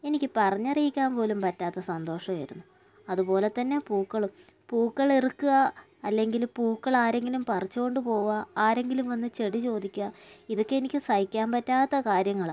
എനിക്ക് പറഞ്ഞറിയിക്കാൻ പോലും പറ്റാത്ത സന്തോഷമായിരുന്നു അതുപോലെതന്നെ പൂക്കളും പൂക്കളിറുക്കുക അല്ലെങ്കില് പൂക്കൾ ആരെങ്കിലും പറിച്ചുകൊണ്ടു പോവുക ആരെങ്കിലും വന്ന് ചെടി ചോദിക്കുക ഇതൊക്കെ എനിക്ക് സഹിക്കാൻ പറ്റാത്ത കാര്യങ്ങളാണ്